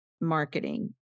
marketing